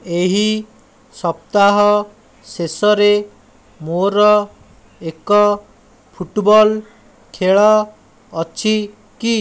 ଏହି ସପ୍ତାହ ଶେଷରେ ମୋର ଏକ ଫୁଟବଲ୍ ଖେଳ ଅଛି କି